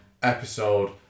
Episode